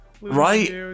right